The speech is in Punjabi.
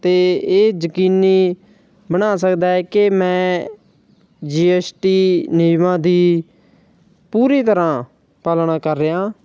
ਅਤੇ ਇਹ ਯਕੀਨੀ ਬਣਾ ਸਕਦਾ ਹੈ ਕਿ ਮੈਂ ਜੀ ਐੱਸ ਟੀ ਨਿਯਮਾਂ ਦੀ ਪੂਰੀ ਤਰ੍ਹਾਂ ਪਾਲਣਾ ਕਰ ਰਿਹਾ ਹਾਂ